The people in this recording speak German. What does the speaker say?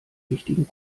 wichtigen